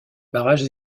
barrages